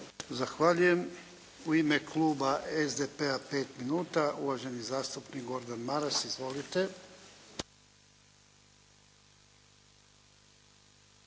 Zahvaljujem. U ime kluba SDP-a pet minuta uvaženi zastupnik Gordan Maras. Izvolite.